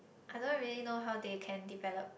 I don't really know how they can develop